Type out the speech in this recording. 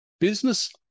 business